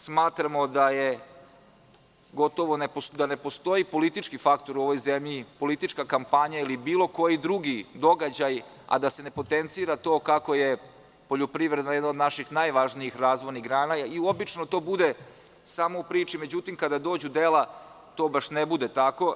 Smatramo da gotovo ne postoji politički faktor u ovoj zemlji, politička kampanja ili bilo koji drugi događaj, a da se ne potencira to kako je poljoprivreda jedna od naših najvažnijih razvojnih grana i obično to bude samo u priči, međutim kada dođu dela to baš ne bude tako.